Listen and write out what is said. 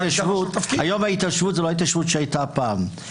היום ההתיישבות זו לא ההתיישבות שהייתה פעם.